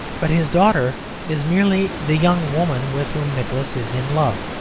but his daughter is merely the young woman with whom nicholas is in love.